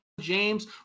James